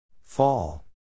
Fall